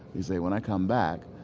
he said when i come back,